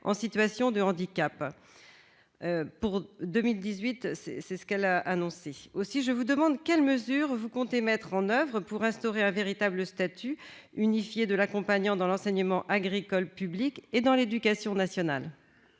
en situation de handicap en 2018. Aussi, je vous demande quelles mesures vous comptez mettre en oeuvre pour instaurer un véritable statut unifié de l'accompagnant dans l'enseignement agricole public et dans l'éducation nationale.